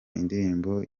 indirimbo